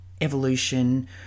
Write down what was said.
evolution